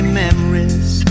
memories